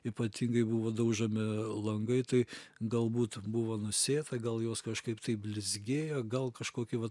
ypatingai buvo daužomi langai tai galbūt buvo nusėta gal jos kažkaip tai blizgėjo gal kažkokį va